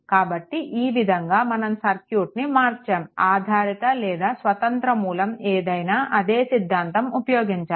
కాబట్టి ఈ విధంగా మనం సర్క్యూట్ని మార్చాము ఆధారిత లేదా స్వంతంత్ర మూలం ఏదైనా అదే సిద్ధాంతం ఉపయోగించాలి